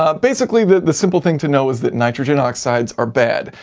ah basically the the simple thing to know is that nitrogen oxides are bad,